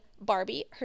Barbie